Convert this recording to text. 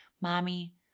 mommy